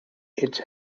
its